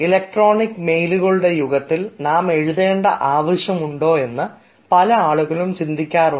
electronic മെയിലുകളുടെ യുഗത്തിൽ നാം എഴുതേണ്ട ആവശ്യം ഉണ്ടോ എന്ന് പല ആളുകളും ചിന്തിക്കാറുണ്ട്